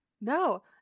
No